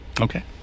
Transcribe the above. Okay